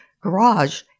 garage